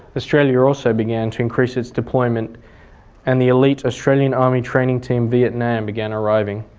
australia also began to increase its deployment and the elite australian army training team vietnam began arriving.